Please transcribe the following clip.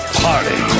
party